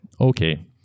okay